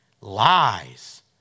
lies